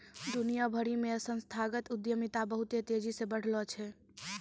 दुनिया भरि मे संस्थागत उद्यमिता बहुते तेजी से बढ़लो छै